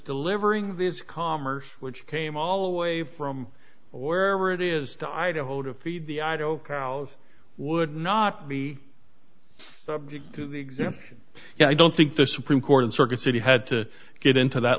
delivering this commerce which came all away from wherever it is to idaho to feed the idaho cows would not be i don't think the supreme court in circuit city had to get into that